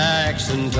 Jackson